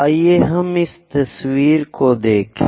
आइए हम इस तस्वीर को देखें